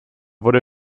wurde